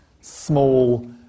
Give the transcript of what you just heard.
small